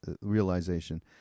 realization